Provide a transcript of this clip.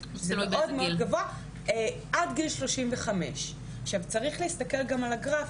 זה מאוד מאוד גבוה עד גיל 35. צריך להסתכל גם על הגרף.